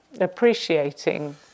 appreciating